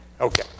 Okay